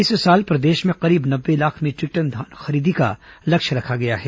इस साल प्रदेश में करीब नब्बे लाख मीटरिक टन धान खरीदी का लक्ष्य रखा गया है